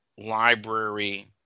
Library